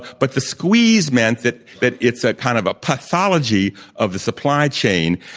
but the squeeze meant that that it's a kind of a pathology of the supply chain.